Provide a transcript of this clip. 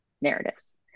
narratives